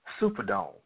Superdome